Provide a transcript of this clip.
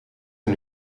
hun